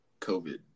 COVID